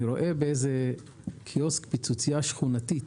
אני רואה פיצוצייה שכונתית,